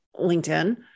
LinkedIn